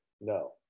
no